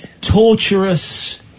torturous